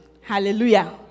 Hallelujah